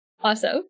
Awesome